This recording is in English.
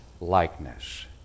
likeness